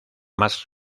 mas